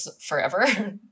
forever